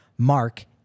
mark